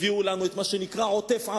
הביאו לנו את מה שנקרא עוטף-עזה,